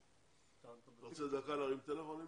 אתה רוצה דקה להרים טלפון למישהו?